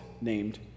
named